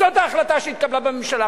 זאת ההחלטה שהתקבלה בממשלה.